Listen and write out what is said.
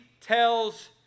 tells